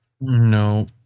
No